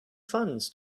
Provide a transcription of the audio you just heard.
funds